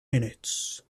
minutes